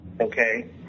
okay